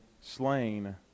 slain